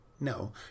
No